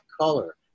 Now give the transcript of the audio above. color